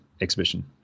exhibition